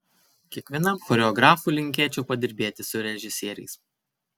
kiekvienam choreografui linkėčiau padirbėti su režisieriais